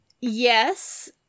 Yes